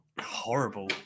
horrible